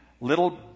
little